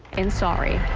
and sorry.